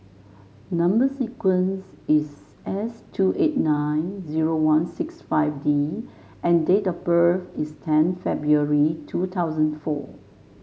number sequence is S two eight nine zero one six five D and date of birth is ten February two thousand four